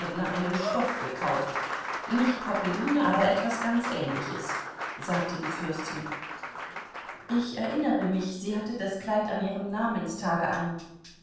einen stoff gekauft nicht popeline aber etwas ganz ähnliches sagte die fürstin ich erinnere mich sie hatte das kleid an ihrem namenstage an